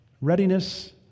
Readiness